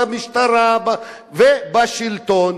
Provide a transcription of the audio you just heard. במשטרה ובשלטון.